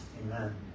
Amen